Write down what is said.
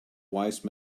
wise